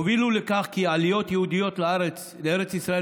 והובילה לכך כי עליות יהודיות לארץ ישראל